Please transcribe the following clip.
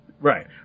Right